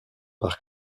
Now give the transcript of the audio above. par